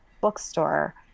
bookstore